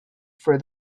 for